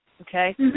okay